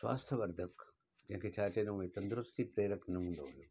स्वास्थ्य वर्धक जंहिंखे छा चवणो भाइ तंदरुस्ती पैरखु न हूंदो हुयो